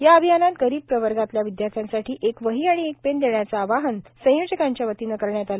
या अभियानात गरीब प्रवर्गातल्या विदयार्थ्यांसाठी एक वही आणि एक पेन देण्याचं आवाहन संयोजकांच्या वतीनं करण्यात आलं